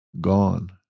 gone